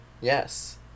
yes